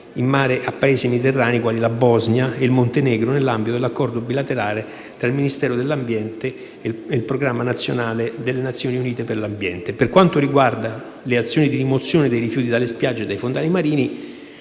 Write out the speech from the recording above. in mare a Paesi mediterranei, quali la Bosnia e il Montenegro, nell'ambito dell'accordo bilaterale tra il Ministero dell'ambiente e il Programma delle Nazioni Unite per l'ambiente (UNEP-MAP). Per quanto riguarda le azioni di rimozione dei rifiuti dalle spiagge e dai fondali marini,